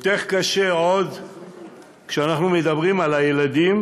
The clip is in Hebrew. עוד יותר קשה כשאנחנו מדברים על ילדים